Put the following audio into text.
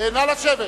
נא לשבת.